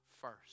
first